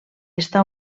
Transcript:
està